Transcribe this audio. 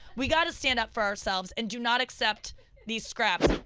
we've got to stand up for ourselves and do not accept these scraps.